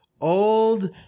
old